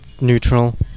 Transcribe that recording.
neutral